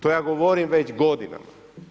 To ja govorim već godinama.